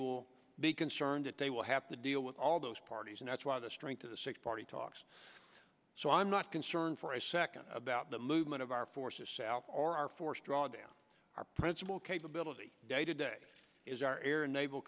will be concerned that they will have to deal with all those parties and that's why the strength of the six party talks so i'm not concerned for a second about the movement of our forces south or our force drawdown our principal capability day to day is our air naval